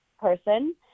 person